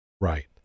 Right